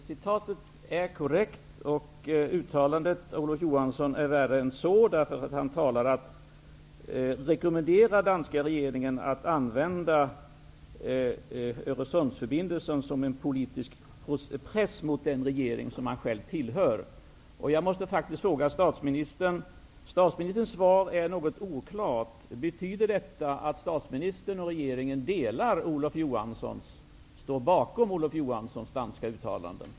Fru talman! Referatet är korrekt. Uttalandet av Olof Johansson är värre än så. Han rekommenderade danska regeringen att använda Öresundsförbindelsen som en politisk press mot den regering som han själv tillhör. Statsministerns svar är något oklart, och jag måste faktiskt fråga: Betyder detta att statsministern och regeringen står bakom Olof Johanssons danska uttalanden?